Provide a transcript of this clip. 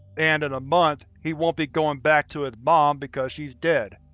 and in a month. he won't be going back to his mom because she's dead.